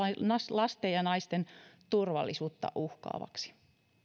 lasten ja naisten turvallisuutta uhkaavaksi